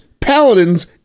Paladins